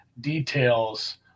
Details